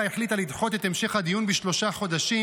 החליטה לדחות את המשך הדיון בשלושה חודשים.